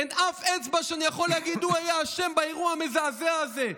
אין אף אצבע שאני יכול להגיד: הוא היה אשם באירוע המזעזע הזה.